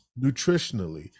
nutritionally